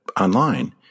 online